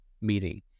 meeting